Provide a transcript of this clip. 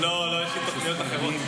לא, לא, יש לי תוכניות אחרות.